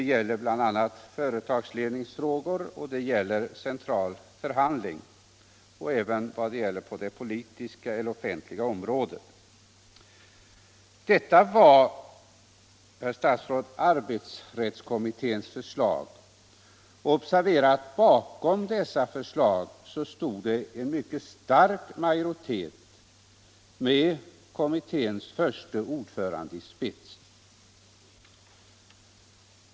De gäller bl.a. företagsledningsfrågor och central förhandling. De gäller även det politiska eller offentliga området. Detta var, herr statsråd, arbetsrättskommitténs förslag. Observera att bakom dessa förslag stod en mycket stark majoritet med kommitténs förste ordförande i spetsen.